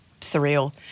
surreal